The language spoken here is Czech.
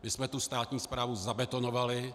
My jsme tu státní správu zabetonovali.